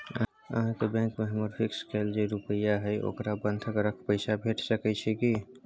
अहाँके बैंक में हमर फिक्स कैल जे रुपिया हय ओकरा बंधक रख पैसा भेट सकै छै कि?